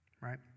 right